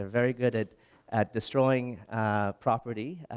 very good at at destroying property,